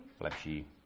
Lepší